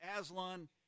Aslan